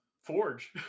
forge